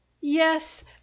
yes